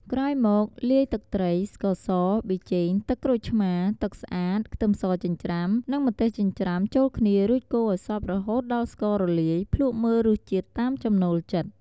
ក្រោយមកលាយទឹកត្រី ស្ករស ប៊ីចេង ទឹកក្រូចឆ្មារ ទឹកស្អាត ខ្ទឹមសចិញ្ច្រាំ និងម្ទេសចិញ្ច្រាំចូលគ្នារួចកូរឲ្យសព្វរហូតដល់ស្កររលាយ ភ្លក់មើលរសជាតិតាមចំណូលចិត្ត។